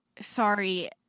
sorry